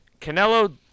Canelo